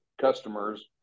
customers